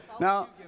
Now